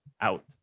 out